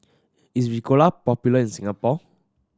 is Ricola popular in Singapore